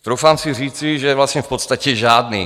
Troufám si říci, že vlastně v podstatě žádný.